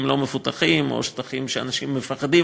לא מפותחים או שטחים שאנשים מפחדים